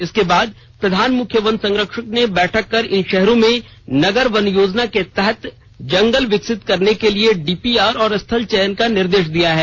इसके बाद प्रधान मुख्य वन संरक्षक ने बैठक कर इन शहरों में नगर वन योजना के तहत जंगल विकसित करने के लिए डीपीआर और स्थल चयन का निर्देश दिया है